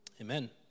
Amen